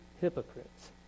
hypocrites